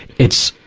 it's,